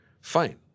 Fine